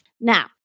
Now